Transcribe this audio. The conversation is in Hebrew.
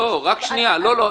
לא, לא.